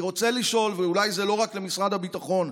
אני רוצה לשאול, ואולי זה לא רק למשרד הביטחון,